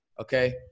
okay